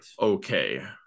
okay